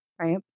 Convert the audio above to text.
right